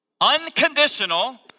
unconditional